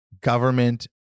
government